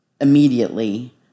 immediately